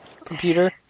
computer